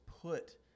put